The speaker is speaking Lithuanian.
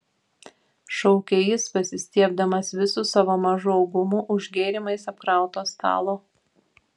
šaukė jis pasistiebdamas visu savo mažu augumu už gėrimais apkrauto stalo